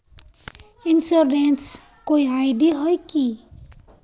Insurance कोई I D होय है की?